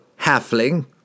halfling